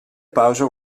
pauze